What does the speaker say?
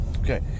Okay